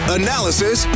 analysis